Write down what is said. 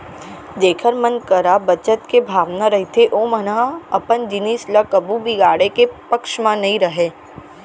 जेखर मन करा बचत के भावना रहिथे ओमन ह अपन जिनिस ल कभू बिगाड़े के पक्छ म नइ रहय